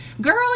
Girl